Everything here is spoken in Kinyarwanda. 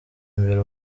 imbere